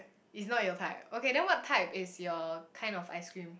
it's not your type okay then what type is your kind of ice-cream